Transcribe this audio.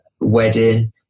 wedding